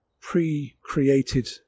pre-created